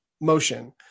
motion